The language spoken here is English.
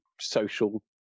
social